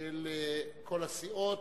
של כל הסיעות,